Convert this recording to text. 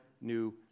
new